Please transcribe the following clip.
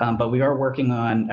um but we are working on a,